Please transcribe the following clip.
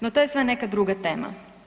No, to je sve neka druga tema.